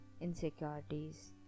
insecurities